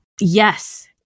Yes